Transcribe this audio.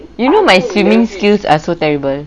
you know my swimming skills are so terrible